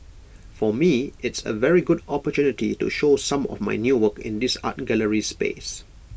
for me it's A very good opportunity to show some of my new work in this art gallery space